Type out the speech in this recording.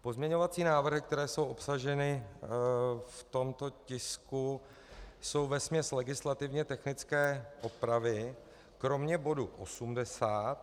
Pozměňovací návrhy, které jsou obsaženy v tomto tisku, jsou vesměs legislativně technické opravy kromě bodu 80.